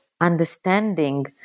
understanding